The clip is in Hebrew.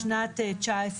בשנת 20'